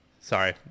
sorry